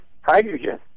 hydrogen